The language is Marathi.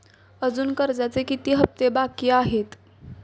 अजुन कर्जाचे किती हप्ते बाकी आहेत?